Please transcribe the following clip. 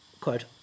quote